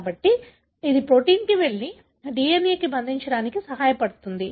కాబట్టి ఇది ప్రోటీన్కు వెళ్లి DNA కి బంధించడానికి సహాయపడుతుంది